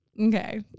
Okay